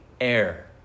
air